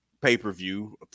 pay-per-view